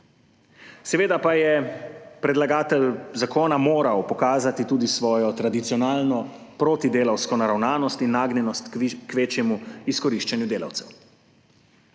Seveda pa je predlagatelj zakona moral pokazati tudi svojo tradicionalno protidelavsko naravnanost in nagnjenost k večjemu izkoriščanju delavcev.